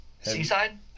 Seaside